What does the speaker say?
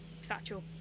satchel